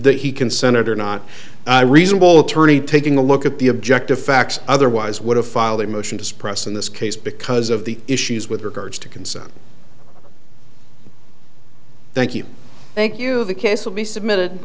that he can senator not a reasonable attorney taking a look at the objective facts otherwise would have filed a motion to suppress in this case because of the issues with regards to concern thank you thank you the case will be submitted